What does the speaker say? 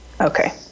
Okay